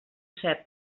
ser